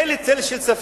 אין לי צל של ספק,